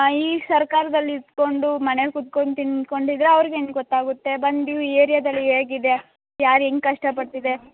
ಈ ಸರ್ಕಾರದಲ್ಲಿ ಇದ್ಕೊಂಡು ಮನೇಗೆ ಕೂತ್ಕೊಂಡು ತಿನ್ಕೊಂಡು ಇದ್ರೆ ಅವ್ರಿಗೆ ಏನು ಗೊತ್ತಾಗುತ್ತೆ ಬಂದು ನೀವು ಏರಿಯಾದಲ್ಲಿ ಹೇಗಿದೆ ಯಾರು ಹೆಂಗ್ ಕಷ್ಟ ಪಡ್ತಿದೆ